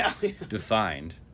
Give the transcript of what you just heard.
defined